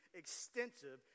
extensive